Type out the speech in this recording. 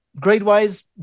Grade-wise